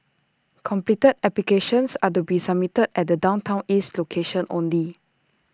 completed applications are to be submitted at the downtown east location only